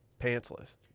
Pantsless